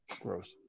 Gross